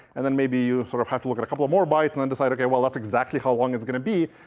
and then maybe you sort of have to look at a couple more bytes, and then decide, ok, well, that's exactly how long it's going to be.